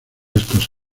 estos